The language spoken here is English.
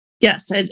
Yes